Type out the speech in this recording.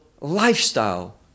lifestyle